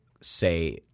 say